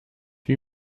wie